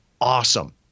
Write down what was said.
awesome